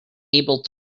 able